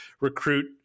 recruit